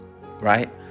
right